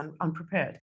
unprepared